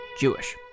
Jewish